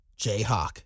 Jayhawk